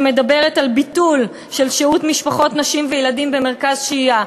שמדברת על ביטול של שהות משפחות נשים וילדים במרכז שהייה,